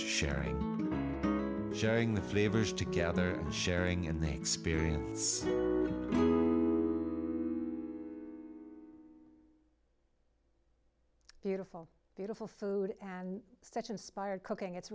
sharing sharing the flavors together and sharing in the experience beautiful beautiful food and such inspired cooking it's